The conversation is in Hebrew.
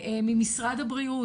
ממשרד הבריאות,